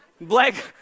Blake